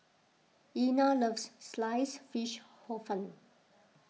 Einar loves Sliced Fish Hor Fun